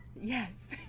Yes